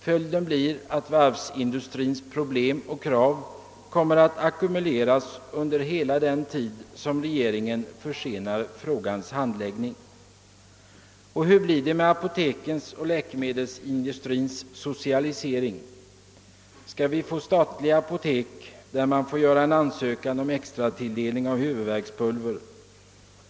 Följden blir att varvsindustrins problem och krav kommer att ackumuleras under hela den tid som regeringen försenar frågans handläggning. Hur blir det med apotekens och läkemedelsindustrins socialisering? Skall vi få statliga apotek, hos vilka vi får anhålla om extra tilldelning av huvudvärkspulver?